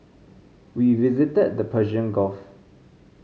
we visited the Persian Gulf